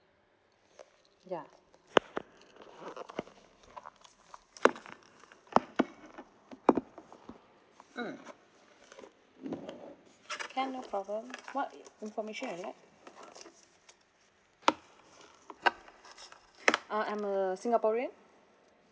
ya mm can no problem what information you'd like uh I'm a singaporean